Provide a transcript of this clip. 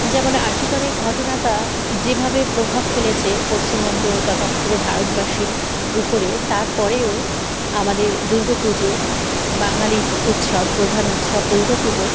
যেমন R G করের ঘটনাটা যেভাবে প্রভাব ফেলেছে পশ্চিমবঙ্গ তথা পুরো ভারতবাসীর উপরে তারপরেও আমাদের দুর্গা পুজো বাঙালির উৎসব প্রধান উৎসব দুর্গা পুজো